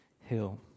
hill